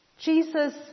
Jesus